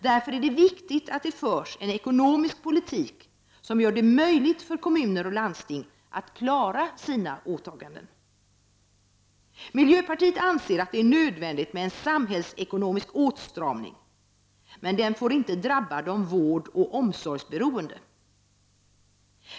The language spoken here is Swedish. Därför är det viktigt att det förs en ekonomisk politik som gör det möjligt för kommuner och landsting att klara sina åtaganden. Miljöpartiet anser att det är nödvändigt med en samhällsekonomisk åtstramning, men den får inte drabba de vårdoch omsorgsberoende.